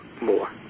more